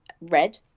red